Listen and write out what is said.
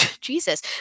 jesus